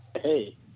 Hey